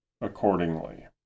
accordingly